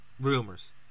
rumors